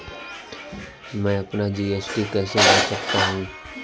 मैं अपना जी.एस.टी कैसे भर सकता हूँ?